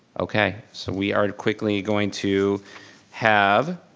okay, so we are quickly going to have